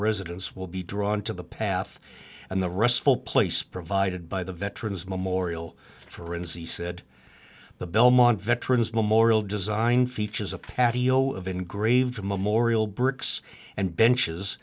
residents will be drawn to the path and the restful place provided by the veterans memorial for and see said the belmont veterans memorial design features a patio of engraved memorial bricks and benches